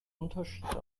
unterschied